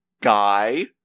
guy